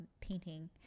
painting